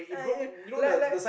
uh eh like like